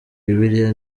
bibiliya